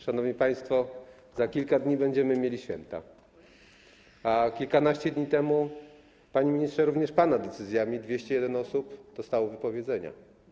Szanowni państwo, za kilka dni będziemy mieli święta, a kilkanaście dni temu, panie ministrze, również pana decyzjami 201 osób dostało wypowiedzenia.